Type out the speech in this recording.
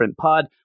Pod